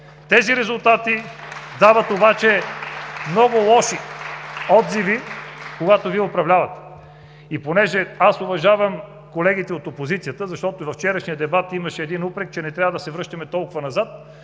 Тези резултати дават обаче много лоши отзиви, когато Вие управлявате. И понеже аз уважавам колегите от опозицията, защото във вчерашния дебат имаше един упрек, че не трябва да се връщаме толкова назад,